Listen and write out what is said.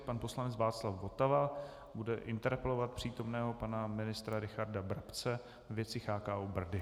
Pan poslanec Václav Votava bude interpelovat přítomného pana ministra Richarda Brabce ve věci CHKO Brdy.